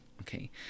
okay